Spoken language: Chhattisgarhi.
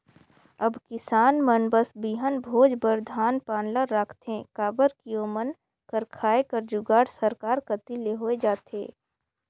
अब किसान मन बस बीहन भोज बर धान पान ल राखथे काबर कि ओमन कर खाए कर जुगाड़ सरकार कती ले होए जाथे